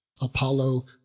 Apollo